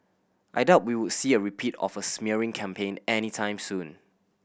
I doubt we would see a repeat of a smearing campaign any time soon